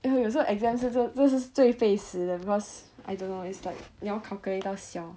有时候 exam 是这这是最费时的 because I don't know it's like 要 calculate 到 siao